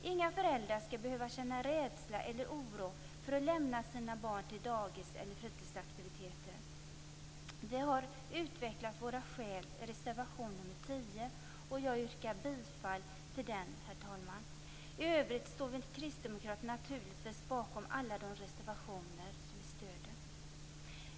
Inga föräldrar skall behöva känna rädsla eller oro för att lämna sina barn till dagis eller fritidsaktiviteter. Vi har utvecklat våra skäl i reservation nr 10, och jag yrkar bifall till den. I övrigt står vi kristdemokrater naturligtvis bakom alla våra reservationer.